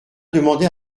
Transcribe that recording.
demandé